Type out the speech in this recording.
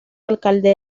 alcalde